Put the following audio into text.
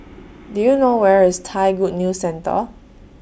Do YOU know Where IS Thai Good News Centre